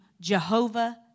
Jehovah